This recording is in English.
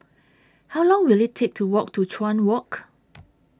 How Long Will IT Take to Walk to Chuan Walk